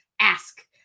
ask